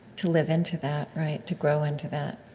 to live into that, to grow into that.